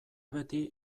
beti